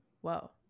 whoa